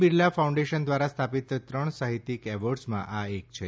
Birla foundation દ્વારા સ્થાપિત ત્રણ સાહિત્યિક એવોર્ડ્સમાં આ એક છે